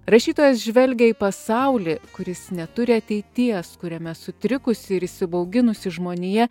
rašytojas žvelgia į pasaulį kuris neturi ateities kuriame sutrikusi ir įsibauginusi žmonija